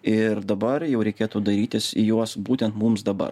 ir dabar jau reikėtų dairytis į juos būtent mums dabar